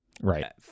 right